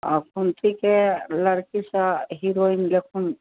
एखनके लड़की सब हीरोइन जैसन